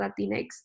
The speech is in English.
Latinx